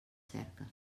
cerques